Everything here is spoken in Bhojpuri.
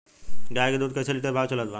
गाय के दूध कइसे लिटर भाव चलत बा?